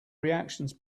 reactions